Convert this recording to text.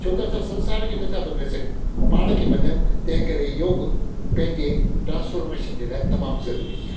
छो त असां संसार खे नथा बदिले सघूं पाण खे बदिले तंहिं करे योग पंहिंजे ट्रास्फॉर्मेशन जे लाइ तमामु ज़रूरी आहे